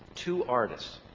two artists.